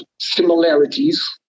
similarities